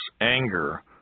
anger